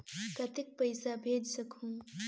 कतेक पइसा भेज सकहुं?